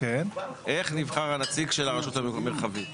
איך נבחר הנציג של הרשות המרחבית.